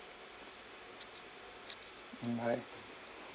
mm bye